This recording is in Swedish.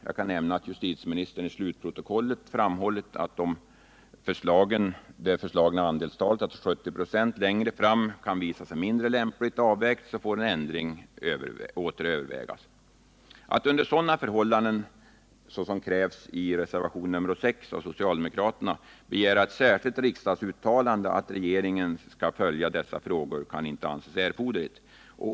Jag kan nämna att justitieministern i slutprotokollet framhållit att om det föreslagna andelstalet, alltså 70 96, längre fram kan visa sig mindre lämpligt avvägt, får en ändring åter övervägas. Att under sådana förhållanden, såsom krävs i socialdemokraternas reservation 6, begära ett särskilt riksdagsuttalande att regeringen skall följa dessa frågor kan inte anses erforderligt.